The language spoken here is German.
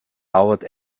dauert